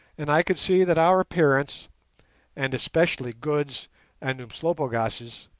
and i could see that our appearance and especially good's and umslopogaas's